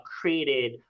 created